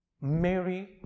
Mary